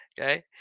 Okay